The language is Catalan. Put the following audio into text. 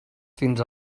fins